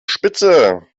spitze